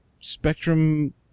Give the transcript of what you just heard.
spectrum